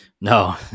No